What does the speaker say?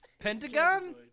Pentagon